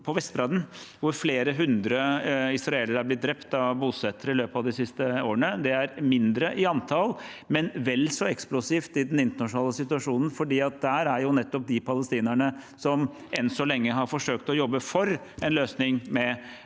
på Vestbredden, hvor flere hundre palestinere er blitt drept av bosettere i løpet av de siste årene. Det er mindre i antall, men vel så eksplosivt i den internasjonale situasjonen, for der bor jo nettopp de palestinerne som inntil videre har forsøkt å jobbe for en løsning med